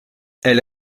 elle